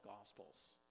gospels